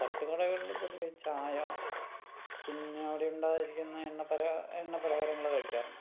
തട്ടുകടകളിൽ പൊതുവേ ചായ പിന്നെ അവിടെ ഉണ്ടായിരിക്കുന്ന എണ്ണ പല എണ്ണ പലഹാരങ്ങൾ കഴിക്കാറുണ്ട്